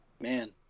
man